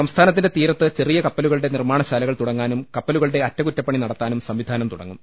സംസ്ഥാ നത്തിന്റെ തീരത്ത് ചെറിയ കപ്പലുകളുടെ നിർമ്മാണ ശാലകൾ തുടങ്ങാനും കപ്പലുകളുടെ അറ്റകുറ്റപ്പണി നട ത്താനും സംവിധാനം തുടങ്ങും